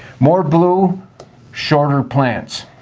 more blue shorter plants.